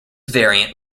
variant